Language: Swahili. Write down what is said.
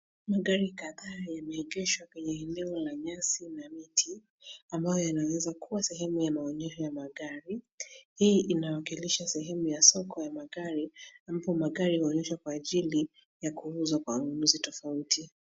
Magari kadhaa yameegeshwa kwenye eneo la nyasi na miti, ambayo yanaweza kuwa sehemu ya maonyesho ya magari. Hii inawakilisha sehemu ya soko ya magari, ambapo magari yanaonyeshwa kwa ajili ya kuuzwa kwa wanunuzi tofauti.